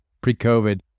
pre-COVID